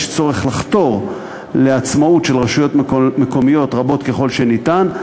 יש צורך לחתור לעצמאות של רשויות מקומיות רבות ככל שניתן.